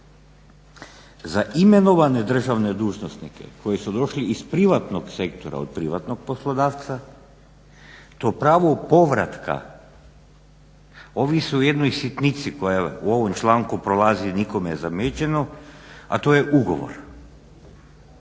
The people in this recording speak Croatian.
Za imenovane državne dužnosnike koji su došli iz privatnog sektora od privatnog poslodavca to pravo povratka ovisi o jednoj sitnici koja u ovom članku prolazi nikome zamijećena, a to je ugovor.